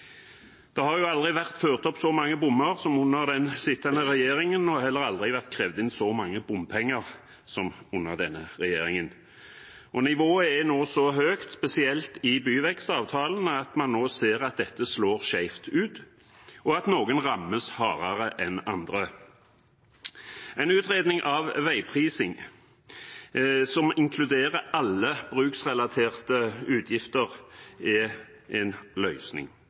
Det har aldri før vært ført opp så mange bommer som under den sittende regjeringen og heller aldri vært krevd inn så mye bompenger som under denne regjeringen. Nivået er nå så høyt, spesielt i byvekstavtalene, at man ser at dette slår skjevt ut, og at noen rammes hardere enn andre. En utredning av veiprising som inkluderer alle bruksrelaterte utgifter, er en løsning.